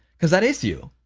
because that is you,